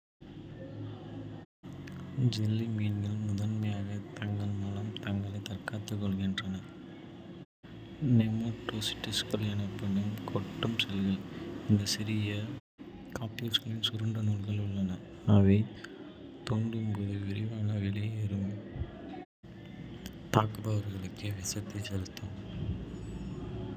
ஜெல்லிமீன்கள் முதன்மையாக தங்கள் மூலம் தங்களை தற்காத்துக் கொள்கின்றன. நெமடோசிஸ்ட்கள் எனப்படும் கொட்டும் செல்கள். இந்த சிறிய காப்ஸ்யூல்களில் சுருண்ட நூல்கள் உள்ளன, அவை தூண்டப்படும்போது விரைவாக வெளியேறும், தாக்குபவருக்குள் விஷத்தை செலுத்தும்.